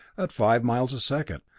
at five miles a second.